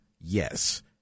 Yes